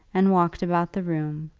and walked about the room,